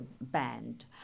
banned